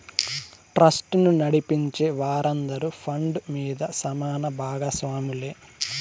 ట్రస్టును నడిపించే వారందరూ ఫండ్ మీద సమాన బాగస్వాములే